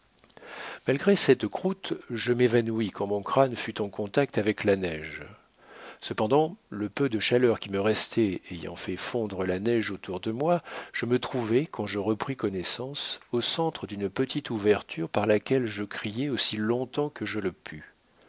malgré cette croûte je m'évanouis quand mon crâne fut en contact avec la neige cependant le peu de chaleur qui me restait ayant fait fondre la neige autour de moi je me trouvai quand je repris connaissance au centre d'une petite ouverture par laquelle je criai aussi long-temps que je pus